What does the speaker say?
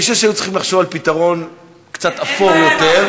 אני חושב שהיו צריכים לחשוב על פתרון קצת אפור יותר,